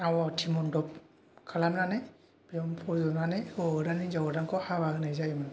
आवाथि मन्दफ खालामनानै बेयावनो फज'नानै हौवा गोदान हिनजाव गोदानखौ हाबा होनाय जायोमोन